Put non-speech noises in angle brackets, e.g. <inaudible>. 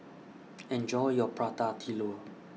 <noise> Enjoy your Prata Telur